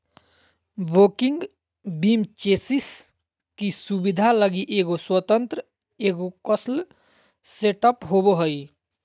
walking beam chassis की सुबिधा लगी एगो स्वतन्त्र एगोक्स्ल सेटअप होबो हइ